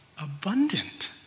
abundant